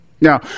now